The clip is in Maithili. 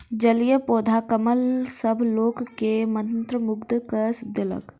जलीय पौधा कमल सभ लोक के मंत्रमुग्ध कय देलक